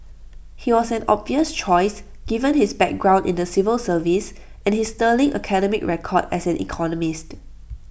he was an obvious choice given his background in the civil service and his sterling academic record as an economist